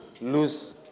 lose